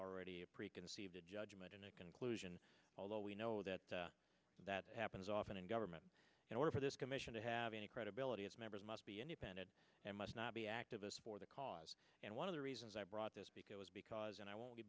already a preconceived a judgment and a conclusion although we know that that happens often in government in order for this commission to have any credibility its members must be independent and must not be activist for the cause and one of the reasons i brought this because because and i won't